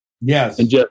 Yes